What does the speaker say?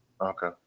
okay